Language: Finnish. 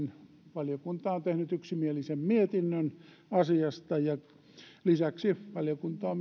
valiokunta on tehnyt yksimielisen mietinnön asiasta lisäksi valiokunta on